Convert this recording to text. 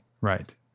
Right